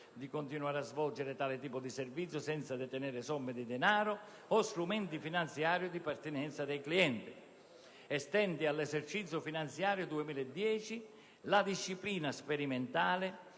di continuare a svolgere tale tipo di servizio senza detenere somme di denaro o strumenti finanziari di pertinenza dei clienti; estende all'esercizio finanziario 2010 la disciplina sperimentale